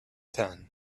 tan